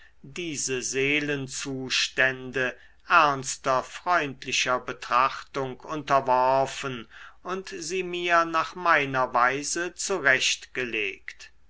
diese seelenzustände ernster freundlicher betrachtung unterworfen und sie mir nach meiner weise